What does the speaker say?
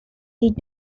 did